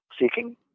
seeking